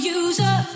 user